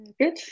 good